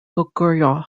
goguryeo